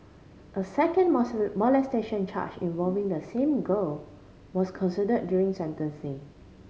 a second molestation charge involving the same girl was consider during sentencing